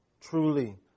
Truly